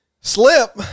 Slip